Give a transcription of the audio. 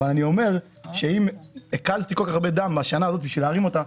אבל אני אומר שאם הקזתי כל כך הרבה דם בשנה הזאת כדי להרים אותה,